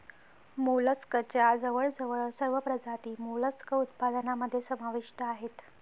मोलस्कच्या जवळजवळ सर्व प्रजाती मोलस्क उत्पादनामध्ये समाविष्ट आहेत